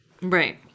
right